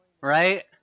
Right